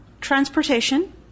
transportation